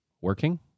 working